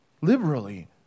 Liberally